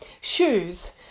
shoes